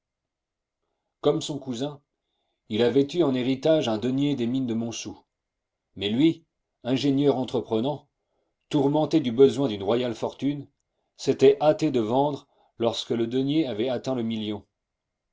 comme son cousin il avait eu en héritage un denier des mines de montsou mais lui ingénieur entreprenant tourmenté du besoin d'une royale fortune s'était hâté de vendre lorsque le denier avait atteint le million